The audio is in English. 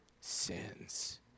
sins